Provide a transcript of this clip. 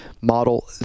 model